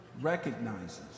recognizes